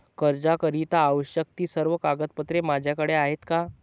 कर्जाकरीता आवश्यक ति सर्व कागदपत्रे माझ्याकडे आहेत का?